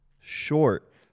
short